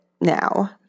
now